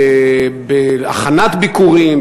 בהכנת ביקורים,